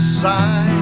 side